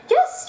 Yes